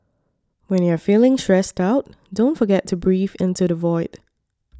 when you are feeling stressed out don't forget to breathe into the void